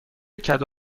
کدو